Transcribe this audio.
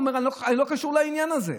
הוא אומר, אני לא קשור לעניין הזה,